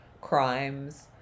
crimes